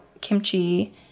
kimchi